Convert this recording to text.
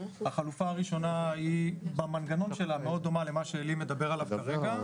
החלופה הראשונה דומה מאוד במנגנון שלה למה שעלי מדבר עליו כרגע.